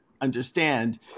understand